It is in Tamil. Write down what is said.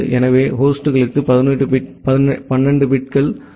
எனவே ஹோஸ்ட்களுக்கு 12 பிட்கள் உள்ளன